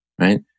right